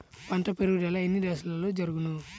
పంట పెరుగుదల ఎన్ని దశలలో జరుగును?